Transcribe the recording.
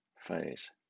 phase